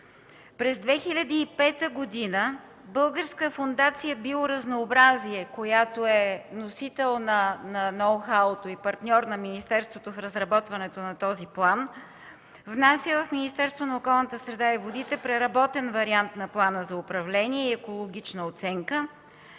През 2005 г. Българска фондация „Биоразнообразие”, която е носител на ноу-хау-то и партньор на министерството за разработването на този план, внася в Министерството на околната среда и водите преработен вариант на плана за управление и екологична оценка.